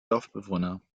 dorfbewohner